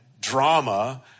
drama